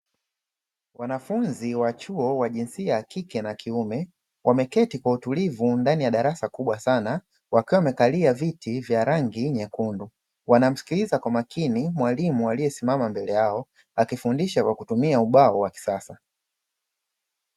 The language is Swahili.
Wanafunzi wa chuo wa jinsia ya kike na kiume wameketi kwa utulivu ndani ya darasa kubwa sana wakiwa wamekalia viti vya rangi nyekundu, wanamsikiliza kwa makini mwalimu aliyesimama mbele yao akifundisha kwa kutumia ubao wa kisasa.